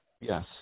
Yes